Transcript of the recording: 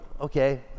Okay